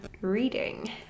reading